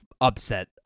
upset